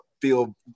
Feel